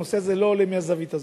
הנושא הזה לא עולה מהזווית הזאת.